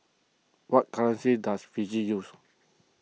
what currency does Fiji use